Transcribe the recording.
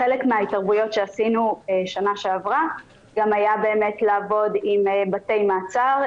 חלק מההתערבויות שעשינו בשנה שעברה היו גם לעבוד עם בתי מעצר,